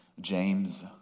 James